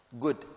Good